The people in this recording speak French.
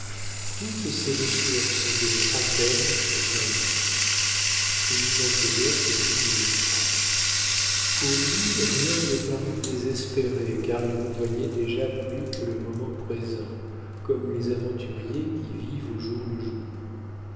toutes ses ressources en donnaient à peine vingt mille il lui manquait donc dix mille francs pour lui rien ne parut désespéré car il ne voyait déjà plus que le moment présent comme les aventuriers qui vivent au jour le jour